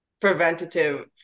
preventative